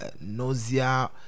nausea